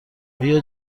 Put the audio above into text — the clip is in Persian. آیا